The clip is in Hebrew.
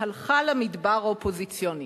והלכה למדבר האופוזיציוני.